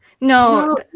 no